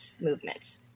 movement